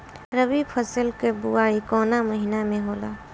रबी फसल क बुवाई कवना महीना में होला?